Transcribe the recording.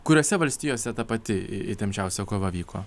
kuriose valstijose ta pati įtempčiausia kova vyko